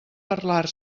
parlar